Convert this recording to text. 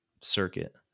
circuit